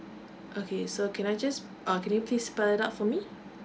okay so can I just uh can you please spell it out for me